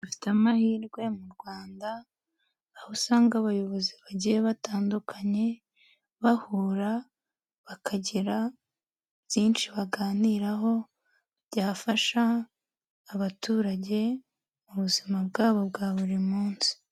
Bafite amahirwe mu Rwanda, aho usanga abayobozi bagiye batandukanye bahura bakagira byinshi baganiraho, byafasha abaturage mu buzima bwabo bwa buri munsi.